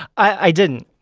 i didn't.